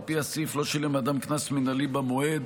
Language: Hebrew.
על פי הסעיף, לא שילם אדם קנס מינהלי במועד,